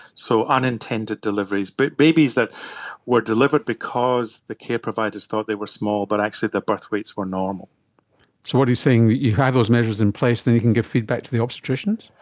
so unintended deliveries, but babies that were delivered because the care providers thought they were small but actually their birth rates were normal. so what are you saying, that you have those measures in place and then you can give feedback to the obstetricians?